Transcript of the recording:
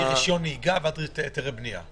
מרשיונות נהיגה ועד היתרי בנייה.